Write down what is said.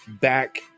back